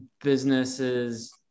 businesses